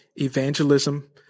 Evangelism